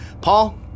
Paul